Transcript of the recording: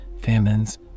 famines